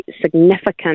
significant